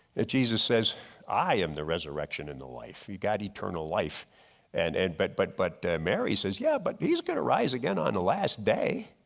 that jesus says i am the resurrection in the life. you got eternal life and and but but but mary says, yeah but he's gonna rise again on the last day.